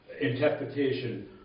interpretation